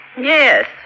Yes